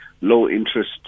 low-interest